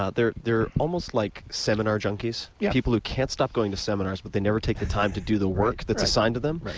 ah they're they're almost like seminar junkies people who can't stop going to seminars, but they never take the time to do the work that's assigned to them.